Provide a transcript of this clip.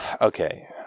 Okay